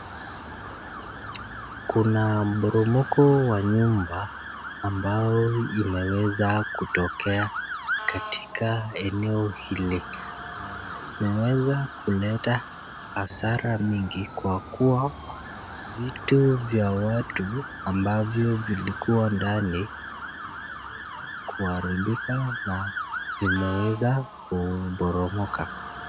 Kuna mporomoko wa nyumba ambao umeweza kutokea katika eneo hili na imeweza kuleta hasara mingi kwa kuwa vitu vya watu ambavyo vilikuwa ndani vimeweza kuharibika na vimeweza kuporomoka.